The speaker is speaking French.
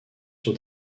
sur